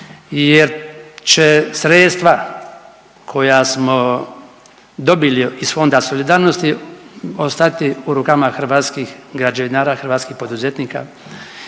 jer će sredstva koja smo dobili iz Fonda solidarnosti ostati u rukama hrvatskih građevinara i hrvatskih poduzetnika